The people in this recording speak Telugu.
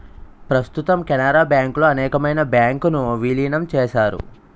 ప్రస్తుతం కెనరా బ్యాంకులో అనేకమైన బ్యాంకు ను విలీనం చేశారు